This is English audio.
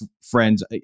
friends